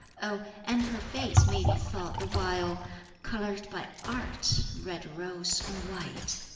oh, and her face may be thought the while colored by art, red rose on white!